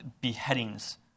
beheadings